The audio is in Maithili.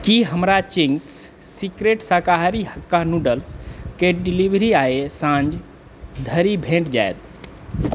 की हमरा चिंग्स सीक्रेट शाकहारी हाक्का नूडल्सके डिलीवरी आइ साँझ धरि भेट जाएत